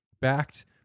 backed